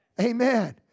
Amen